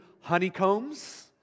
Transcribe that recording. honeycombs